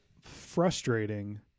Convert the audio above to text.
frustrating